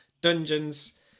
dungeons